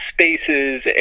spaces